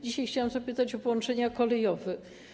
Dzisiaj chciałam zapytać o połączenia kolejowe.